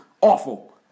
awful